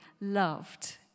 loved